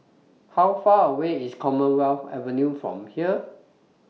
How Far away IS Commonwealth Avenue from here